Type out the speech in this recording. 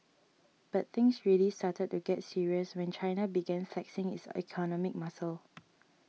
but things really started to get serious when China began flexing its economic muscle